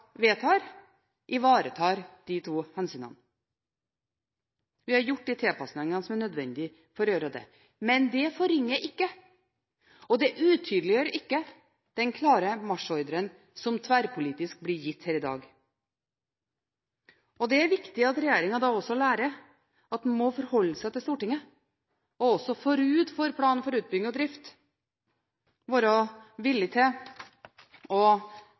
vedtar, ivaretar de to hensynene. Vi har gjort de tilpasningene som er nødvendige for å gjøre det. Men det forringer ikke og det utydeliggjør ikke den klare marsjordren som tverrpolitisk blir gitt her i dag. Det er viktig at regjeringen også lærer at den må forholde seg til Stortinget, og også forut for plan for utbygging og drift være villig til